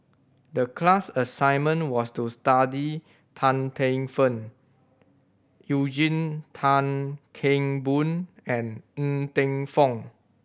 the class assignment was to study Tan Paey Fern Eugene Tan Kheng Boon and Ng Teng Fong